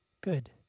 good